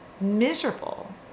miserable